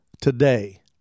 today